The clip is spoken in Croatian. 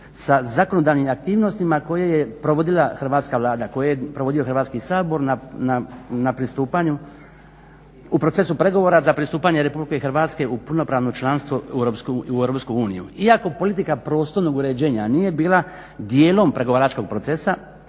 sa zakonodavnim aktivnostima koje je provodila Hrvatska vlada, koje je provodio Hrvatski sabor na pristupanju, u procesu pregovora za pristupanje RH u punopravno članstvu u EU. Tako politika prostornog uređenja nije bila djelom pregovaračkog procesa